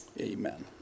Amen